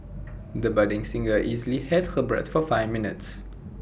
the budding singer easily held her breath for five minutes